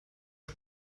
der